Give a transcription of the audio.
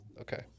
Okay